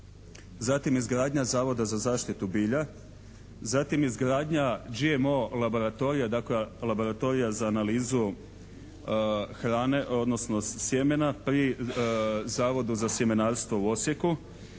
zatim izgradnja Zavoda za zaštitu bilja, zatim izgradnja GMO-laboratorija, dakle laboratorija za analizu hrane, odnosno sjemene pri Zavodu za sjemenarstvo u Osijeku,